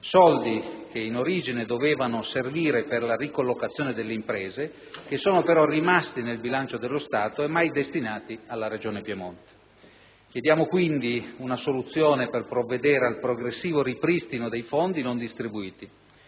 soldi che in origine dovevano servire per la ricollocazione delle imprese, che sono però rimasti nel bilancio dello Stato e mai destinati alla Regione Piemonte. Chiediamo, quindi, di adottare una soluzione per provvedere al progressivo ripristino dei fondi non distribuiti.